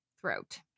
throat